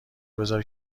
بزار